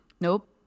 nope